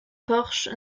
porsche